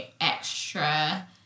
extra